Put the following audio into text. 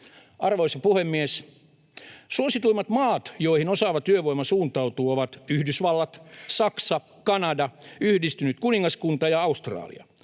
Arvoisa puhemies! Suosituimmat maat, joihin osaava työvoima suuntautuu, ovat Yhdysvallat, Saksa, Kanada, Yhdistynyt kuningaskunta ja Australia.